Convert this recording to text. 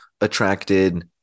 attracted